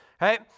right